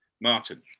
Martin